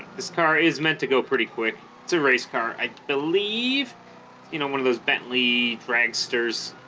this car is meant to go pretty quick it's a race car i believe you know one of those bentley pranksters